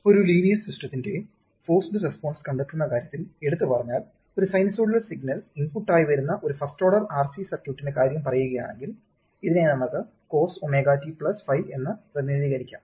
ഒരു ലീനിയർ സിസ്റ്റത്തിന്റെ forced response കണ്ടെത്തുന്ന കാര്യത്തിൽ എടുത്തു പറഞ്ഞാൽ ഒരു സിനുസോയ്ഡൽ സിഗ്നൽ ഇൻപുട്ട് ആയി വരുന്ന ഒരു ഫസ്റ്റ് ഓർഡർ RC സർക്യൂട്ടിന്റെ കാര്യം പറയുകയാണെങ്കിൽ ഇതിനെ നമുക്ക് cos ωt 5 എന്ന് പ്രതിനിധീകരിക്കാം